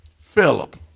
Philip